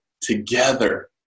together